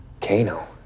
Kano